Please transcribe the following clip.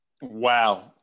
Wow